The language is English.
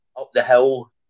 up-the-hill